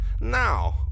Now